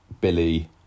Billy